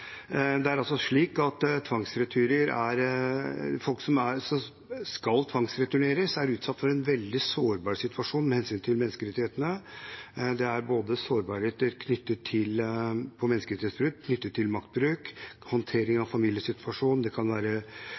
det er bra. Det er også slik at folk som skal tvangsreturneres, er utsatt for en veldig sårbar situasjon med hensyn til menneskerettighetene. Det er sårbarheter knyttet til både menneskerettighetsbrudd, maktbruk og håndtering av familiesituasjon, det kan være